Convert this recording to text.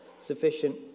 Sufficient